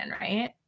right